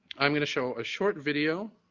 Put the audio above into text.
i'm going to show a short video,